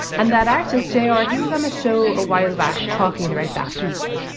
and that artist jay or he was on a show a while back talking about that piece